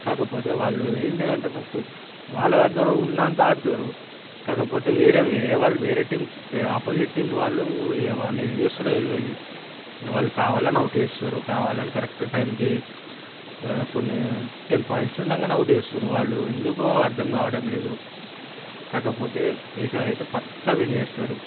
కాకపోతే వాళ్లు ఏంటిదంటే ఫస్టు వాళ్ళ దగ్గర ఉన్నంత ఆడుతురు కాకపోతే వేరే వేరే వాళ్ళు వేరే టీం ఆపోజిట్ టీం వాళ్ళు ఇగ వాళ్ళు ఏం చేస్తురో తెలవదు వాళ్ళు కావాలని ఓటు చేస్తురు కావాలని కరెక్ట్ టైంకి కొన్ని టెన్ పాయింట్స్ ఉండంగానే అవుట్ చేస్తురు వాళ్ళు ఎందుకో అర్థం కావడం లేదు కాకపోతే ఈసారి అయితే పక్క విన్ చేస్తారు